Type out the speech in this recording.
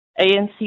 ANC